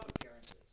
appearances